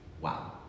Wow